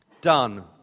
Done